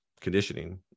conditioning